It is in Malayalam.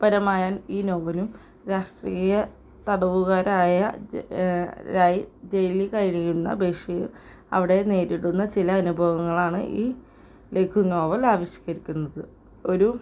പരമായ ഈ നോവലും രാഷ്ട്രീയ തടവുകാരായ ജയിലിൽ കഴിയുന്ന ബഷീർ അവിടെ നേരിടുന്ന ചില അനുഭവങ്ങളാണ് ഈ ലഘു നോവൽ ആവിഷ്കരിക്കുന്നത് ഒരു